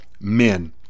men